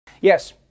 Yes